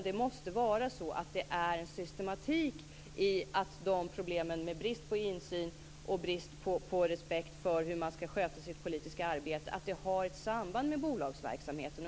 Det måste vara så att det finns en systematik i att problemen med brist på insyn och brist på respekt för hur man skall sköta sitt politiska arbete har ett samband med bolagsverksamheten.